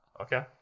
okay